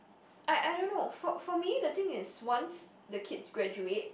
I I don't know for for me the thing is once the kids graduate